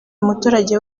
muturage